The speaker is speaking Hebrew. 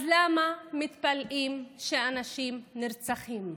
אז למה מתפלאים שאנשים נרצחים?